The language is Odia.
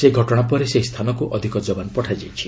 ଏହି ଘଟଣା ପରେ ସେହି ସ୍ଥାନକୁ ଅଧିକ ଯବାନ ପଠାଯାଇଛି